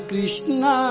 Krishna